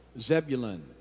Zebulun